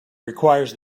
requires